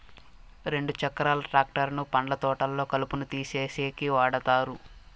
రెండు చక్రాల ట్రాక్టర్ ను పండ్ల తోటల్లో కలుపును తీసేసేకి వాడతారు